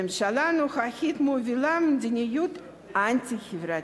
הממשלה הנוכחית מובילה מדיניות אנטי-חברתית: